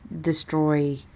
destroy